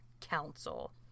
council